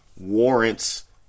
warrants